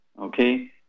Okay